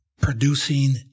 producing